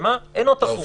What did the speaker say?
ומה אינו תָּחוּם.